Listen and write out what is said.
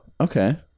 okay